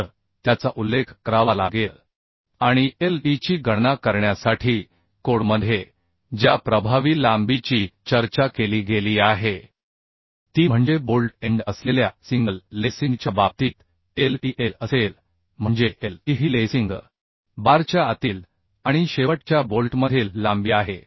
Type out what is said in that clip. तर त्याचा उल्लेख करावा लागेल आणि Leची गणना करण्यासाठी कोडमध्ये ज्या प्रभावी लांबीची चर्चा केली गेली आहे ती म्हणजे बोल्ट एंड असलेल्या सिंगल लेसिंगच्या बाबतीतL e Lअसेल म्हणजे L e ही लेसिंग बारच्या आतील आणि शेवटच्या बोल्टमधील लांबी आहे